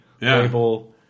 label